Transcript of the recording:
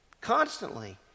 constantly